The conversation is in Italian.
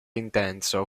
intenso